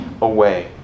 away